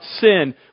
sin